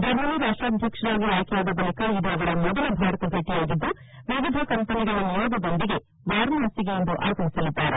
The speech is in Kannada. ಜರ್ಮನಿ ರಾಷ್ವಾಧ್ಯಕ್ಷರಾಗಿ ಆಯ್ಕೆಯಾದ ಬಳಿಕ ಇದು ಅವರ ಮೊದಲ ಭಾರತ ಭೇಟಿಯಾಗಿದ್ದು ವಿವಿಧ ಕಂಪನಿಗಳ ನಿಯೋಗದೊಂದಿಗೆ ವಾರಾಣಾಸಿಗೆ ಇಂದು ಆಗಮಿಸಲಿದ್ದಾರೆ